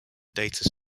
data